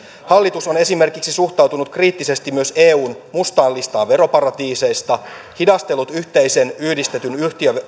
hallitus on esimerkiksi suhtautunut kriittisesti myös eun mustaan listaan veroparatiiseista hidastellut yhteisen yhdistetyn